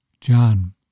John